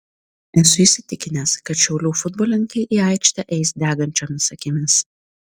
esu įsitikinęs kad šiaulių futbolininkai į aikštę eis degančiomis akimis